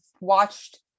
watched